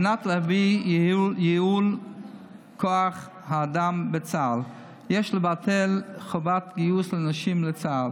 על מנת להביא לייעול כוח האדם בצה"ל יש לבטל חובת גיוס לנשים לצה"ל,